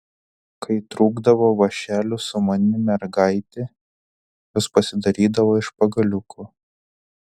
kai trūkdavo vąšelių sumani mergaitė juos pasidarydavo iš pagaliukų